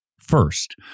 First